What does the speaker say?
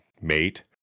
mate